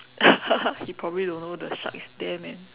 he probably don't know the shark is there man